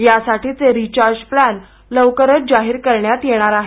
यासाठीचे recharge plan लवकरच जाहीर करण्यात येणार आहे